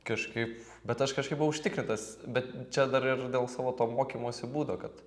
kažkaip bet aš kažkaip buvau užtikrintas bet čia dar ir dėl savo to mokymosi būdo kad